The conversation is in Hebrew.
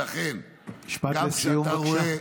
ולכן, כשאתה רואה